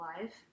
life